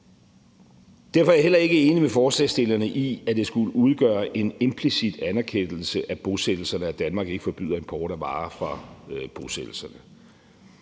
Derfor er jeg heller ikke enig med forslagsstillerne i, at det skulle udgøre en implicit anerkendelse af bosættelserne, at Danmark ikke forbyder import af varer fra bosættelserne.